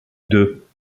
deux